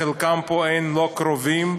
לחלקם אין פה לא קרובים ולא חברים,